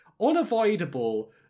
unavoidable